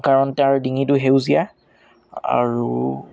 কাৰণ তাৰ ডিঙিটো সেউজীয়া আৰু